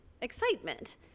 excitement